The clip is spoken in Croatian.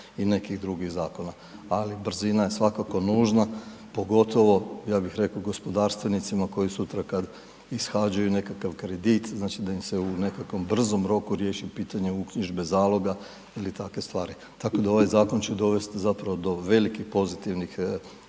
i nekih drugih zakona ali brzina je svakako nužna, pogotovo ja bih rekao gospodarstvenicima koji sutra kad ishađaju nekakav kredit, znači da im se u nekakvom brzom roku riješi pitanje uknjižbe zaloga ili takve stvari. Tako da ovaj zakon će dovesti zapravo do velikih pozitivnih